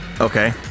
Okay